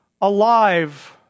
alive